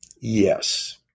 yes